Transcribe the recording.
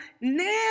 now